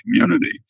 community